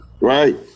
Right